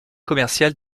commercial